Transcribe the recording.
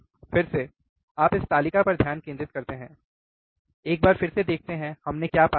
फिर से आप इस तालिका पर ध्यान केंद्रित करते हैं एक बार फिर से देखते हैं हमने क्या पाया है